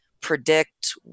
predict